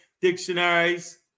dictionaries